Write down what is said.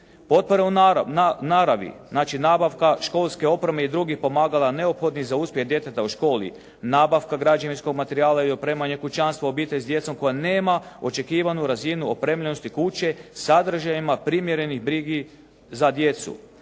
Potpore u naravi, znači nabavka školske opreme i drugih pomagala neophodnih za uspjeh djeteta u školi, nabavka građevinskog materijala i opremanje kućanstva obitelji s djecom koja nema očekivanu razinu opremljenosti kuće sadržajima primjerenih brizi za djecu.